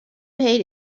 paid